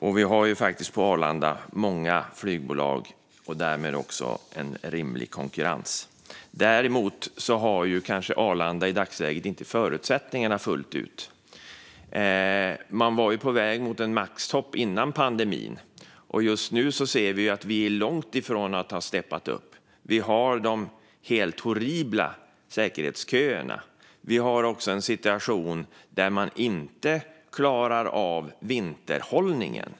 Och på Arlanda har vi många flygbolag och därmed också en rimlig konkurrens. Däremot har Arlanda i dagsläget kanske inte förutsättningarna fullt ut. Man var på väg mot en maxtopp före pandemin. Just nu ser vi att vi är långt ifrån att ha steppat upp. Vi har de helt horribla säkerhetsköerna. Vi har också en situation där man inte klarar av vinterhållningen.